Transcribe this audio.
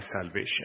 salvation